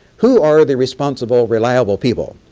who are the responsible, reliable people,